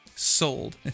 Sold